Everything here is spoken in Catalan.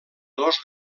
dos